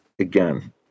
again